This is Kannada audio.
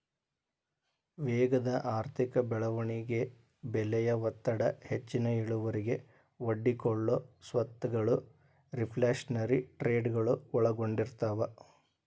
ವೇಗದ ಆರ್ಥಿಕ ಬೆಳವಣಿಗೆ ಬೆಲೆಯ ಒತ್ತಡ ಹೆಚ್ಚಿನ ಇಳುವರಿಗೆ ಒಡ್ಡಿಕೊಳ್ಳೊ ಸ್ವತ್ತಗಳು ರಿಫ್ಲ್ಯಾಶನರಿ ಟ್ರೇಡಗಳು ಒಳಗೊಂಡಿರ್ತವ